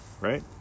right